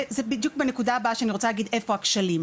זה בדיוק בנקודה הבאה שאני רוצה להגיד איפה הכשלים.